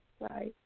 Bye